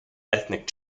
ethnic